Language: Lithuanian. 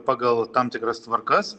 pagal tam tikras tvarkas